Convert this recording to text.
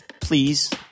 please